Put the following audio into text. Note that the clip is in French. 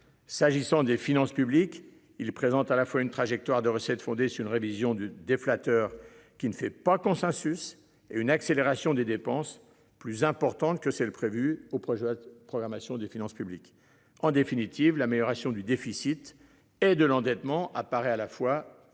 s'agissant des finances publiques, il présente à la fois une trajectoire de recettes fondé sur une révision du des flatteur qui ne fait pas consensus et une accélération des dépenses plus importantes que c'est le prévue au projet. Programmation des finances publiques. En définitive, l'amélioration du déficit et de l'endettement apparaît à la fois très